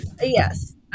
Yes